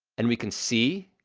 and we can see,